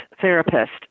therapist